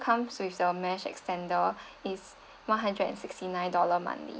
comes with the mesh extender it's one hundred and sixty nine dollar monthly